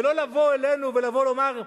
ולא לבוא אלינו ולומר,